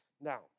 Now